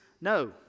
no